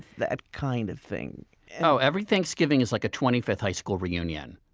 that kind of thing oh, every thanksgiving is like a twenty fifth high school reunion.